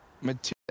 material